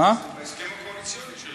זה בהסכם הקואליציוני.